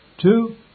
Two